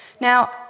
Now